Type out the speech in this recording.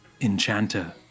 Enchanter